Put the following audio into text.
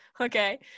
Okay